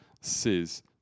says